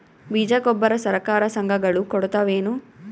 ಬೀಜ ಗೊಬ್ಬರ ಸರಕಾರ, ಸಂಘ ಗಳು ಕೊಡುತಾವೇನು?